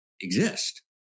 exist